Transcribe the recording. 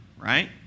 right